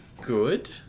good